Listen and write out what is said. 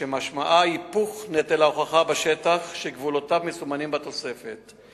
שמשמעה היפוך נטל ההוכחה בשטח שגבולותיו מסומנים בתוספת,